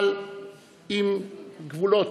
אבל עם גבולות,